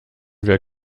wir